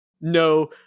no